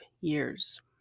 years